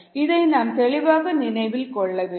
இதை நாம் தெளிவாக நினைவில் கொள்ள வேண்டும்